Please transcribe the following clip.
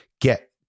get